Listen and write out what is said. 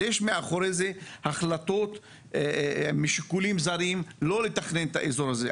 אבל יש מאחורי זה החלטות שנובעות משיקולים זרים שלא לתכנן את האזור הזה.